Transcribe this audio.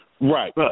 Right